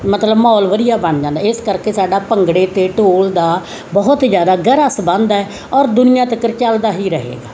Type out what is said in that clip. ਮਤਲਬ ਮਾਹੌਲ ਵਧੀਆ ਬਣ ਜਾਂਦਾ ਇਸ ਕਰਕੇ ਸਾਡਾ ਭੰਗੜੇ ਅਤੇ ਢੋਲ ਦਾ ਬਹੁਤ ਜ਼ਿਆਦਾ ਗਹਿਰਾ ਸੰਬੰਧ ਹੈ ਔਰ ਦੁਨੀਆ ਤੱਕ ਚੱਲਦਾ ਹੀ ਰਹੇਗਾ